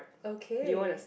okay